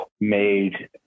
made